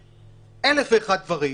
אלף ואחד דברים.